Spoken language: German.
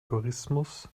tourismus